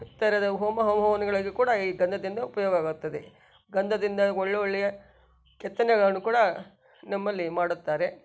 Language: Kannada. ಥರದ ಹೋಮ ಹವನಗಳಿಗೆ ಕೂಡ ಈ ಗಂಧದಿಂದ ಉಪಯೋಗ ಆಗುತ್ತದೆ ಗಂಧದಿಂದ ಒಳ್ಳೆ ಒಳ್ಳೆಯ ಕೆತ್ತನೆಗಳನ್ನು ಕೂಡ ನಮ್ಮಲ್ಲಿ ಮಾಡುತ್ತಾರೆ